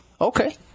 okay